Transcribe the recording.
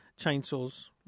chainsaws